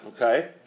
Okay